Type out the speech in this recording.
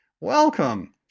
welcome